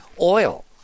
oil